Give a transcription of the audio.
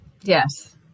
Yes